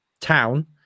Town